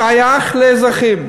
הוא שייך לאזרחים.